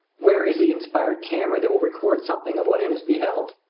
where is the inspired camera that will record something of what inness beheld?